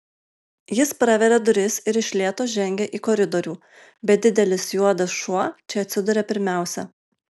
jis praveria duris ir iš lėto žengia į koridorių bet didelis juodas šuo čia atsiduria pirmiausia